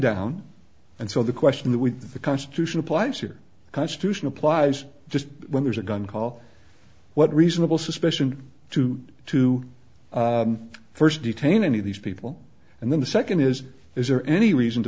down and so the question that we the constitution applies here constitution applies just when there's a gun call what reasonable suspicion to to first detain any of these people and then the second is is there any reason to